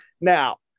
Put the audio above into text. Now